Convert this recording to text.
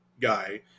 guy